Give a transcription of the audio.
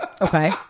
Okay